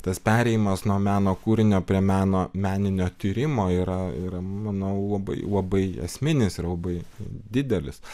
tas perėjimas nuo meno kūrinio prie meno meninio tyrimo yra ir manau labai labai esminis ir labai didelis